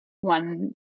one